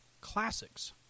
classics